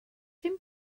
dim